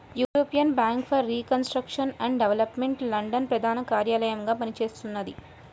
European bank for reconstruction and development London ప్రధాన కార్యాలయంగా పనిచేస్తున్నది